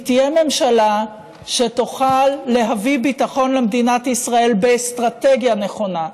היא תהיה ממשלה שתוכל להביא ביטחון למדינת ישראל באסטרטגיה נכונה,